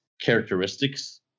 characteristics